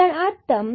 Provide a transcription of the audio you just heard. இதன் அர்த்தம் என்ன